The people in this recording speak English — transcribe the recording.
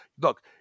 look